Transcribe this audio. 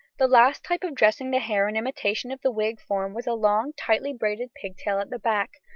the last type of dressing the hair in imitation of the wig form was a long, tightly braided pigtail at the back,